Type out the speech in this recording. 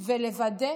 ולוודא